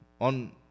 On